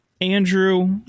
Andrew